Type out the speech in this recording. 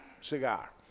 cigar